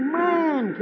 man